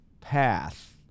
path